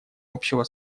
общего